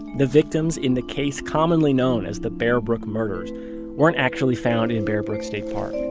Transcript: the victims in the case commonly known as the bear brook murders weren't actually found in bear brook state park.